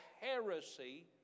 heresy